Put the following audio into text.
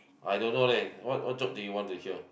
I don't know leh what what joke do you want to hear